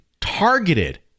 targeted